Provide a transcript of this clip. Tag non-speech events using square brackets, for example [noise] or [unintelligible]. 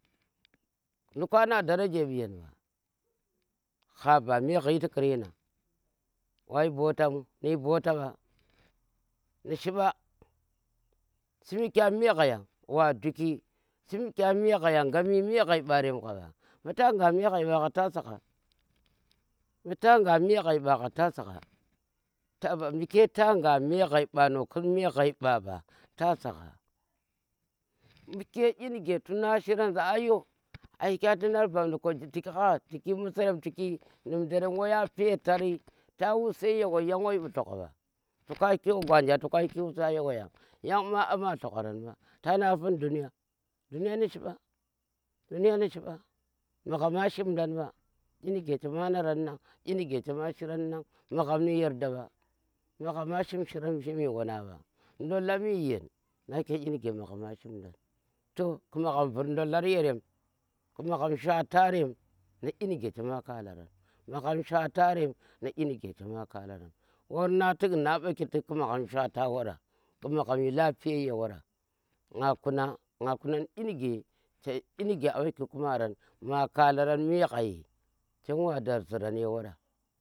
Nduk ana daraje ɓu̱ yan ɓa ha ba me xhi tukurenang wuyi bo ta mu niyhi bota ɓa. nishi mba shimi kye me ghai wa nduki, shimi kyen me xhayan wa duki shimi kyen me xhayan ngami ma ghai ɓorem xha ɓa, mbu tu nga me ghai ɓagha ta sagha, mbu ta nga meghai mba ta sagha mbu̱ [hesitation] ke ta ngha me xhai mba xha no khis me xhai mba ba to ta sagha mbuke inuke tu na shiran za ayyo akye dlunar bamdi za kom tiki hagha tiki musarem kom tiki nghutarem wayan petari ta use ya wai yan wai mbu dlogha mba to ka yiki usan yan wai mbu dlogha mba tana afun dunyan? dunyan nu shi mba, dunye nu shi mba magham a shimdan mba inuke chema naranang inuke cheme shiran magham ni yerda mba magham ashim shiran shimi wanang nba ndolami yen nake inu magham a shimdan to tu magham vur ndola yerem, tu magham shwatarem nu inuke chema kalaran magham shwatarem nu inuke chema kalaran wara na tik na mbaki tu nmagham shwata wara tu magham shi lafiye ye wara nga kuna nga kuna, ni inuke amma kiku maran nga kalaran me xhai chem wa da zalale. [unintelligible]